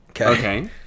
okay